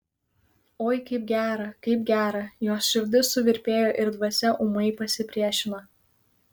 oi kaip gera kaip gera jos širdis suvirpėjo ir dvasia ūmai pasipriešino